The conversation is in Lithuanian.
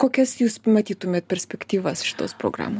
kokias jūs matytumėt perspektyvas šitos programos